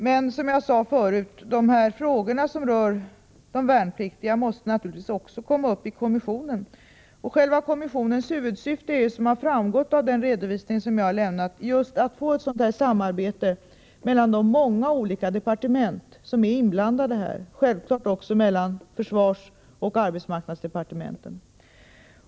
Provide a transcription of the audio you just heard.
Men som jag sade förut: De frågor som rör de värnpliktiga måste naturligtvis också komma upp i kommissionen, och kommissionens huvudsyfte är ju, som har framgått av den redovisning jag lämnat, just att få till stånd ett sådant här samarbete mellan de många olika departement som är inblandade, och självfallet även mellan försvarsdepartementet och arbetsmarknadsdepartementet.